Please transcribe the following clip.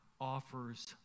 offers